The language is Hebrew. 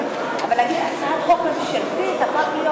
אבל להגיד "הצעת חוק ממשלתית" הפך להיות